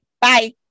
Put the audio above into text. Bye